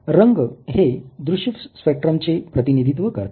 रंग हे दृश्य स्पेक्ट्रमचे प्रतिनिधित्व करतात